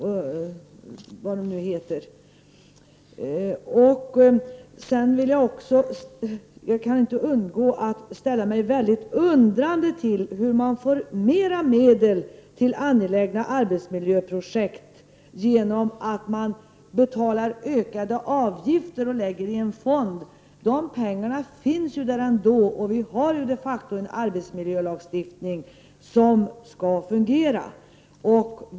Jag kan inte låta bli att undra hur man kan få mera medel till angelägna arbetsmiljöprojekt genom att betala ökade avgifter, som sedan läggs i en fond. Pengarna finns ju ändå där, och vi har de facto en arbetsmiljölagstiftning som skall fungera.